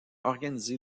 organiser